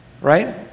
right